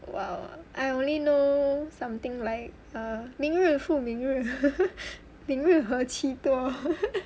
!wow! I only know something like err 明日夫明日明日何其多